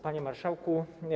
Panie Marszałku!